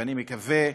ואני מקווה,